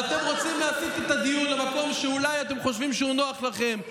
ואתם רוצים להסיט את הדיון למקום שאולי אתם חושבים שהוא נוח לכם.